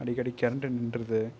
அடிக்கடி கரண்ட்டு நின்றுது